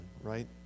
right